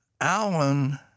Alan